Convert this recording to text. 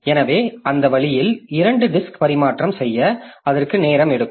எனவே அந்த வழியில் இரண்டு டிஸ்க் பரிமாற்றம் செய்ய அதற்கு நேரம் எடுக்கும்